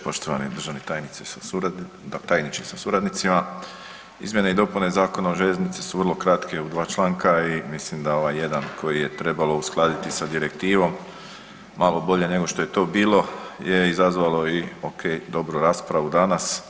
Poštovani državni tajniče sa suradnicima, izmjene i dopune Zakona o željeznici su vrlo kratke u dva članka i mislim da ovaj jedan koji je trebalo uskladiti sa direktivom malo bolje nego što je to bilo je izazvalo i ok dobru raspravu danas.